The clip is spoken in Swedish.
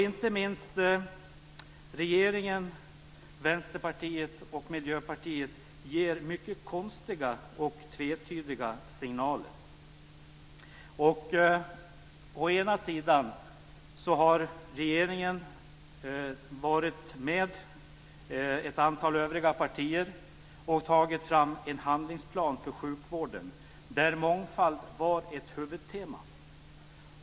Inte minst ger ni i Vänsterpartiet, Miljöpartiet och Socialdemokraterna mycket konstiga och tvetydiga signaler. Å ena sidan har regeringen och ett antal övriga partier varit med om att ta fram en handlingsplan för sjukvården där mångfald var ett huvudtema.